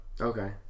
okay